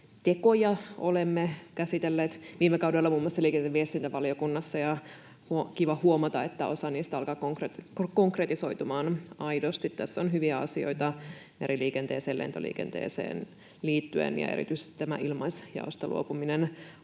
olemme käsitelleet viime kaudella muun muassa liikenne- ja viestintävaliokunnassa, ja on kiva huomata, että osa niistä alkaa konkretisoitumaan aidosti. Tässä on hyviä asioita meriliikenteeseen ja lentoliikenteeseen liittyen, ja erityisesti tämä ilmaisjaosta luopuminen on